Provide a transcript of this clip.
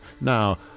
Now